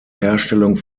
herstellung